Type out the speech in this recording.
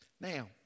Now